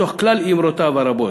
מתוך כלל אמירותיו הרבות,